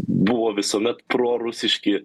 buvo visuomet prorusiški